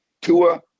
Tua